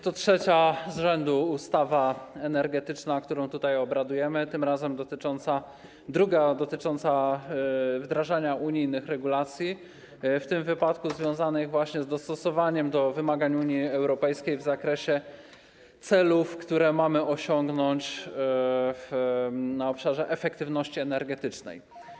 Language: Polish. To trzecia z rzędu ustawa energetyczna, nad którą tutaj obradujemy, druga dotycząca wdrażania unijnych regulacji, w tym wypadku związanych właśnie z dostosowaniem do wymagań Unii Europejskiej w zakresie celów, które mamy osiągnąć w obszarze efektywności energetycznej.